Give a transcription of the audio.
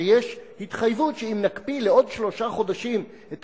שיש התחייבות שאם נקפיא לעוד שלושה חודשים את